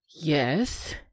yes